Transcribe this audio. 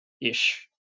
ish